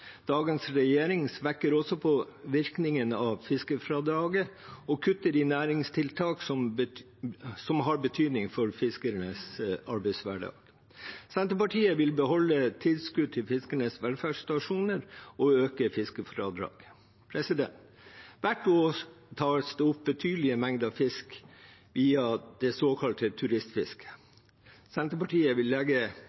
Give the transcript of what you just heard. Dagens regjering svekker også virkningen av fiskerfradraget og kutter i næringstiltak som har betydning for fiskernes arbeidshverdag. Senterpartiet vil beholde tilskudd til fiskernes velferdsstasjoner og øke fiskerfradraget. Hvert år tas det opp betydelige mengder fisk via det såkalte turistfisket.